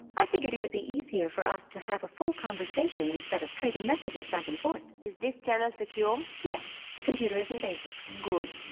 i figured it would be easier for us to have a full conversation instead of trading messages back and forth is this channel secure? yes. the computer is in basics good.